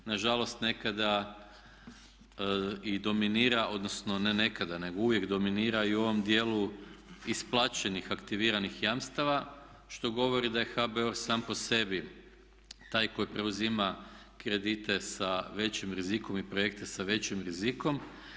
Nažalost nekada i dominira odnosno ne nekada nego uvijek dominira i u ovom djelu isplaćenih aktiviranih jamstava što govorio da je HBOR sam po sebi taj koji preuzima kredite sa velim rizikom i projekte sa većim rizikom.